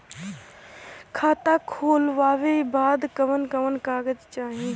खाता खोलवावे बादे कवन कवन कागज चाही?